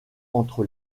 entre